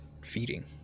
feeding